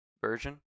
version